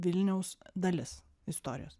vilniaus dalis istorijos